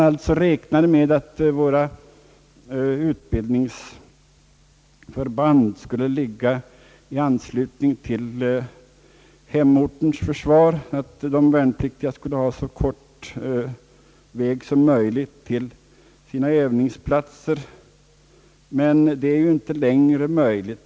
Då räknade man med att våra utbildningsförband skulle förläggas i anslutning till hemortens försvar, att de värnpliktiga skulle ha kort väg till sina övningsplatser. Men det är ju inte längre möjligt.